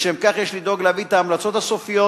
לשם כך יש לדאוג להביא את ההמלצות הסופיות